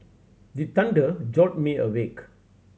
the thunder jolt me awake